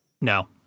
No